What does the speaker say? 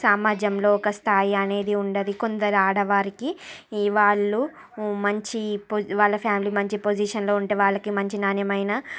సమాజంలో ఒక స్థాయి అనేది ఉండదు కొందరు ఆడవారికి వాళ్ళు మంచి పొజి వాళ్ళ ఫ్యామిలీ మంచి పోజిషన్లో ఉంటే వాళ్ళకి మంచి నాణ్యమైన